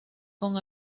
con